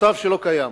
השותף שלא קיים,